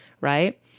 right